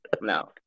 no